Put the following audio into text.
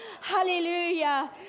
hallelujah